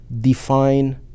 define